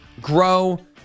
grow